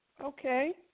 Okay